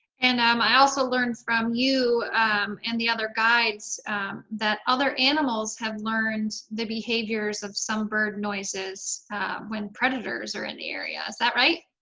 and um i also learned from you um and the other guides that other animals have learned the behaviors of some bird noises when predators are in the area. is that right?